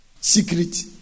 secret